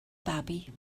babi